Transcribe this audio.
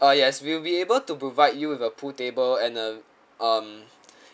uh yes we'll be able to provide you with a pool table and uh um